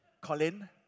Colin